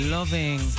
Loving